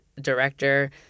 director